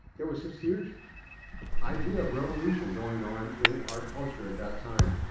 there was this huge idea of revolution going on in our culture at that time.